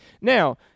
Now